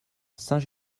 saint